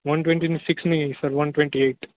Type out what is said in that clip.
one twenty સિક્સની નય sir one twenty eight